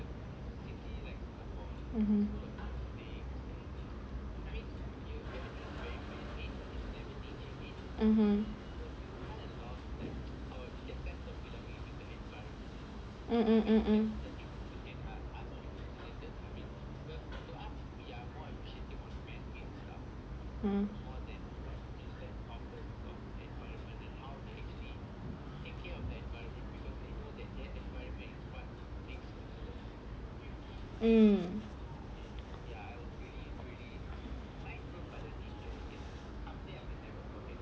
mmhmm mm